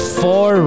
four